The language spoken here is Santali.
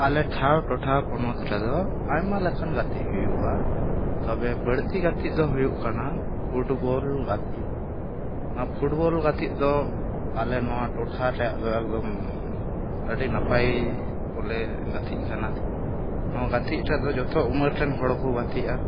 ᱟᱞᱮ ᱴᱷᱟᱶ ᱴᱚᱴᱷᱟ ᱯᱚᱱᱚᱛᱨᱮᱫᱚ ᱟᱭᱢᱟ ᱞᱮᱠᱟᱱ ᱜᱟᱛᱮᱜ ᱦᱩᱭᱩᱜᱼᱟ ᱛᱚᱵᱮ ᱵᱟᱹᱲᱛᱤ ᱜᱟᱛᱮᱜᱫᱚ ᱦᱩᱭᱩᱜ ᱠᱟᱱᱟ ᱯᱷᱩᱴᱵᱚᱞ ᱜᱟᱛᱮᱜ ᱚᱱᱟ ᱯᱷᱩᱴᱵᱚᱞ ᱜᱟᱛᱮᱜ ᱫᱚ ᱟᱞᱮ ᱱᱚᱣᱟ ᱴᱚᱴᱷᱟ ᱨᱮᱭᱟᱜᱫᱚ ᱮᱠᱫᱚᱢ ᱟᱹᱰᱤ ᱱᱟᱯᱟᱭ ᱵᱚᱞᱮ ᱜᱟᱛᱮᱜ ᱠᱟᱱᱟ ᱱᱚᱣᱟ ᱜᱟᱛᱮᱜ ᱨᱮᱫᱚ ᱡᱚᱛᱚ ᱩᱢᱮᱨ ᱨᱮᱱ ᱦᱚᱲᱠᱚ ᱜᱟᱛᱮᱜᱼᱟ